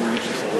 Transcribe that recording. לכנסת.